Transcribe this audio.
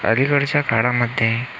अलीकडच्या काळामध्ये